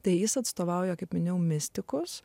tai jis atstovauja kaip minėjau mistikos